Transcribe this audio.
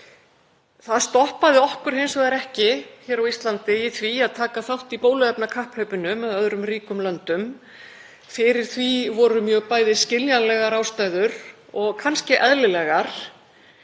Það stoppaði okkur hins vegar ekki hér á Íslandi í því að taka þátt í bóluefnakapphlaupinu með öðrum ríkum löndum. Fyrir því voru bæði skiljanlegar ástæður og kannski eðlilegar.